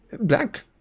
Black